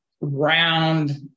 round